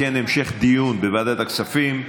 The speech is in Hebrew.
אם כן, המשך דיון בוועדת הכספים.